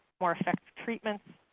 more effective treatments,